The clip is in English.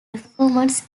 performance